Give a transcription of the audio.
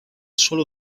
solo